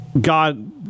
God